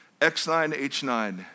X9H9